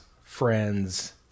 friends